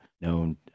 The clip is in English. known